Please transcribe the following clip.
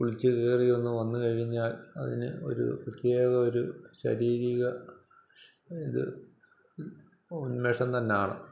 കുളിച്ചുകയറിയൊന്ന് വന്നുകഴിഞ്ഞാൽ അതിന് ഒരു പ്രത്യേക ഒരു ശരീരിക ഇത് ഉന്മേഷം തന്നാണ്